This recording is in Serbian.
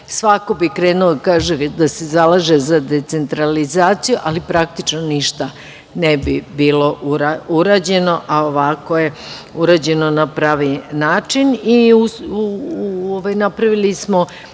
Svako bi krenuo, kaže, da se zalaže za decentralizaciju, ali praktično ništa ne bi bilo urađeno. Ovako je urađeno na pravi način i napravili smo